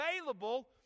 available